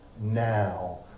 now